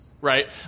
Right